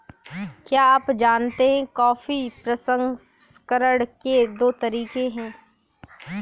क्या आप जानते है कॉफी प्रसंस्करण के दो तरीके है?